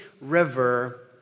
River